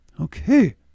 Okay